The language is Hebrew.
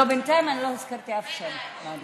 לא, בינתיים אני לא הזכרתי אף שם מעל הדוכן.